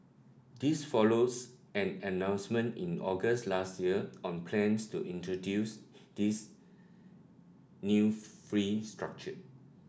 this follows an announcement in August last year on plans to introduce this new fee structure